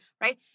right